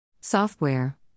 Software